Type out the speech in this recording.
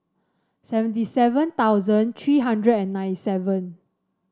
seventy seven thousand three hundred and ninety seven